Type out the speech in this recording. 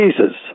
Jesus